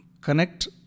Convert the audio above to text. connect